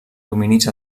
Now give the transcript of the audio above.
dominis